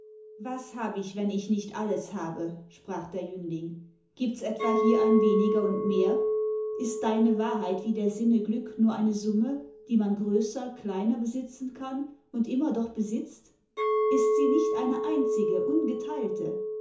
was hab ich wenn ich nicht alles habe sprach der jüngling gibts etwa hier ein weniger und mehr ist deine wahrheit wie der sinne glück nur eine summe die man größer kleiner besitzen kann und immer doch besitzt ist sie nicht eine einzge ungeteilte